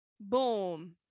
boom